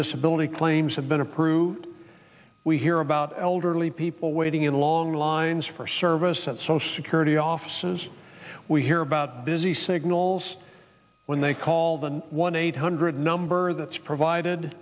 disability claims have been approved we hear about elderly people waiting in long lines for service at social security offices we hear about busy signals when they call the one eight hundred number that's provided